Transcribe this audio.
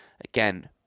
Again